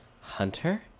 Hunter